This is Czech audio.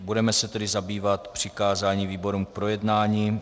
Budeme se tedy zabývat přikázáním výborům k projednání.